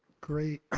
great,